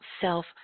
self